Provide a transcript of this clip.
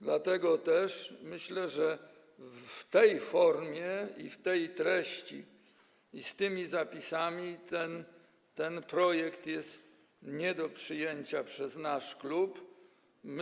Dlatego też myślę, że w tej formie, przy tej treści, i z tymi zapisami ten projekt jest nie do przyjęcia dla naszego klubu.